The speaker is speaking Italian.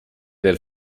del